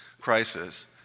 crisis